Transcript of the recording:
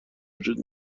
وجود